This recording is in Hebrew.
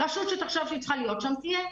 רשות שתחשוב שהיא צריכה להיות שם, תהיה.